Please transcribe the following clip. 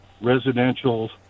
residential